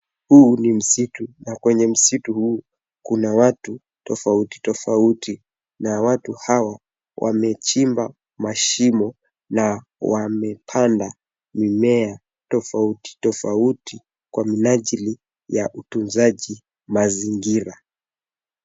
Huu ni msitu na kwenye msitu huu kuna watu tofauti tofauti; na watu hawa wamechimba mashimo na wamepanda mimea tofauti tofauti kwa minajili ya utunzaji mazingira.